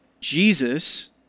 Jesus